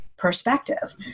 Perspective